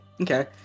okay